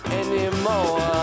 anymore